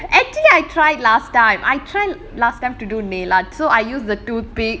actually I tried last time I tried last time to do the nail art so I used the toothpick